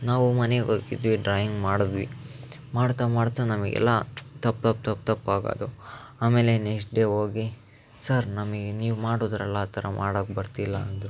ನಾವು ಮನೆಗೆ ಹೋಗಿದ್ವಿ ಡ್ರಾಯಿಂಗ್ ಮಾಡಿದ್ವಿ ಮಾಡ್ತಾ ಮಾಡ್ತಾ ನಮಗೆಲ್ಲ ತಪ್ಪು ತಪ್ಪು ತಪ್ಪು ತಪ್ಪು ಆಗೋದು ಆಮೇಲೆ ನೆಕ್ಸ್ಟ್ ಡೇ ಹೋಗಿ ಸಾರ್ ನಮಗೆ ನೀವು ಮಾಡಿದ್ರಲ್ಲ ಆ ಥರ ಮಾಡಕ್ಕೆ ಬರ್ತಿಲ್ಲ ಅಂದು